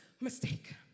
mistake